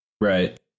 Right